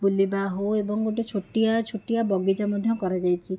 ବୁଲିବା ହେଉ ଏବଂ ଗୋଟିଏ ଛୋଟିଆ ଛୋଟିଆ ବଗିଚା ମଧ୍ୟ କରାଯାଇଛି